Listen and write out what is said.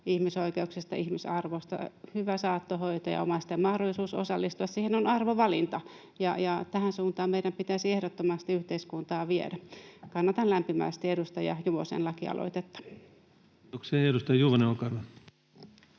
ihmisoikeuksista, ihmisarvosta. Hyvä saattohoito ja omaisten mahdollisuus osallistua siihen on arvovalinta, ja tähän suuntaan meidän pitäisi ehdottomasti yhteiskuntaa viedä. Kannatan lämpimästi edustaja Juvosen lakialoitetta. [Speech 77] Speaker: